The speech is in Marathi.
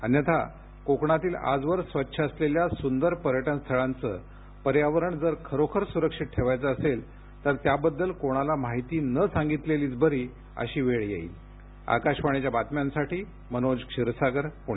अन्यथा कोकणातील आजवर स्वच्छ असलेल्या सुंदर पर्यटन स्थळांचं पर्यावरण जरं खरोखर सुरक्षित ठेवायचं असेल तर त्याबद्दल कोणाला माहिती न सांगितलेलीच बरी अशी वेळ येईल आकाशवाणीच्या बातम्यांसाठी मनोज क्षीरसागर पुणे